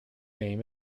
name